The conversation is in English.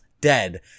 dead